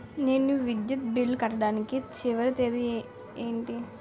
నేను విద్యుత్ బిల్లు కట్టడానికి చివరి తేదీ ఏంటి?